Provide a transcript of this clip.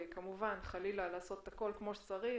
כמובן צריך לעשות הכול כפי שצריך,